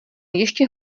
ještě